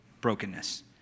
brokenness